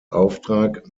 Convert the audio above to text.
auftrag